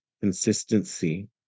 consistency